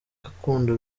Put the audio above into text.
gakondo